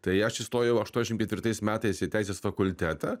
tai aš įstojau aštuoniasdešimt ketvirtais metais ir teisės fakultetą